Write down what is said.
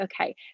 okay